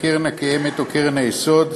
הקרן הקיימת או קרן היסוד,